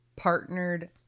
Partnered